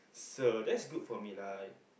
so that's good for me lah